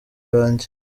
banjye